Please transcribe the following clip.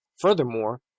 Furthermore